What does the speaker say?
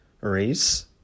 race